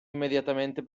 immediatamente